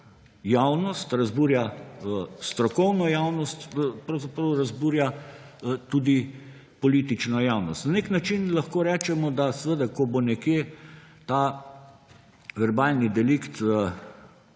javnost, razburja strokovno javnost, pravzaprav razburja tudi politično javnost? Na nek način lahko rečemo, da ko bo nekje ta verbalni delikt